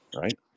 right